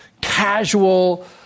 casual